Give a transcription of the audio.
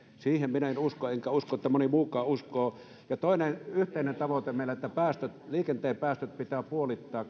siihen minä en usko enkä usko että moni muukaan uskoo toinen yhteinen tavoite meillä on että liikenteen päästöt pitää puolittaa